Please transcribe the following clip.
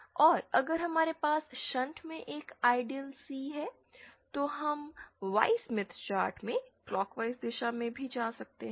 और अगर हमारे पास शंट में एक आइडियल C है तो हम वाई स्मिथ चार्ट में क्लोकवाइज़ दिशा में भी जा सकते हैं